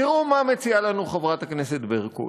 תראו מה מציעה לנו חברת הכנסת ברקו.